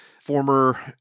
former